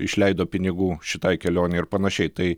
išleido pinigų šitai kelionei ir panašiai tai